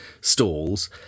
stalls